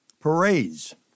parades